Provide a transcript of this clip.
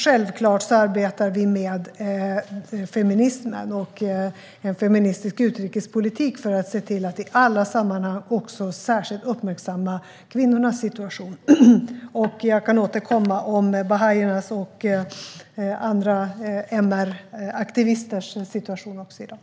Självklart arbetar vi med feminismen och en feministisk utrikespolitik för att se till att i alla sammanhang särskilt uppmärksamma kvinnornas situation. Jag kan återkomma om bahaiernas och andra MR-aktivisters situation i dag.